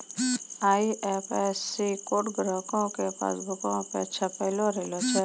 IFSC code ग्राहको के पासबुको पे छपलो रहै छै